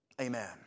Amen